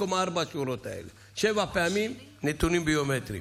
במקום ארבע השורות האלה: שבע פעמים "נתונים ביומטריים".